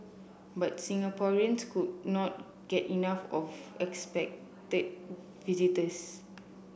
but Singaporeans could not get enough of unexpected visitors